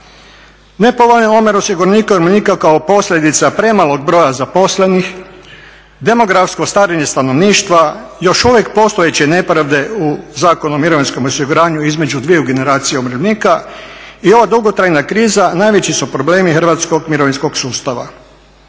Nepovoljni omjer osiguranika i umirovljenika kao posljedica premalog broja zaposlenih, demografsko stanje stanovništva, još uvijek postojeće nepravde u Zakonu o mirovinskom osiguranju između dviju generacija umirovljenika i ova dugotrajna kriza najveći su problemi hrvatskog mirovinskog sustava.